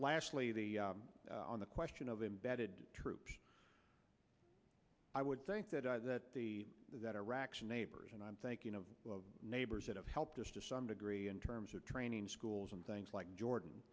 the on the question of embedded troops i would think that i that the that iraq's neighbors and i'm thinking of neighbors that have helped us to some degree in terms of training schools and things like jordan